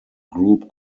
group